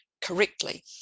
correctly